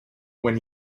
when